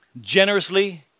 generously